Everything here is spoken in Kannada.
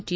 ಟಿ